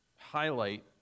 highlight